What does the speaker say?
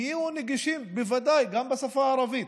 יהיו נגישים בוודאי גם בשפה הערבית,